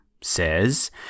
says